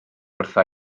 wrtha